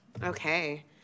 Okay